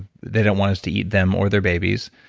they don't want us to eat them or their babies,